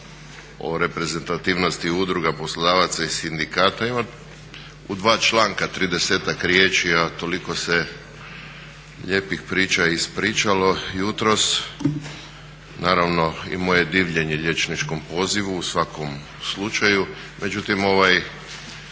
o reprezentativnosti udruga, poslodavaca i sindikata ima u dva članka tridesetak riječi, a toliko se lijepih priča ispričalo jutros. Naravno i moje divljenje liječničkom pozivu u svakom slučaju, međutim ovaj